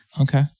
Okay